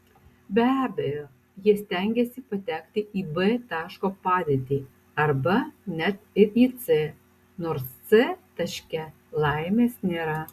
be abejo jie stengiasi patekti į b taško padėtį arba net ir į c nors c taške laimės nėra